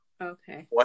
Okay